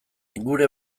gure